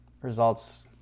results